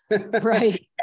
Right